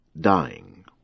dying